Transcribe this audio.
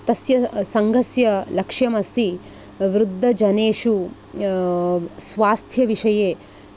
तस्य सङ्घस्य लक्ष्यमस्ति वृद्धजनेषु स्वास्थ्यविषये